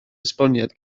esboniad